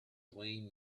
playing